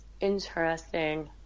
Interesting